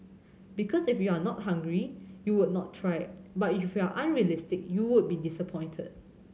because if you are not hungry you would not try but if you are unrealistic you would be disappointed